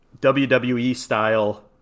WWE-style